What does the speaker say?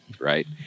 right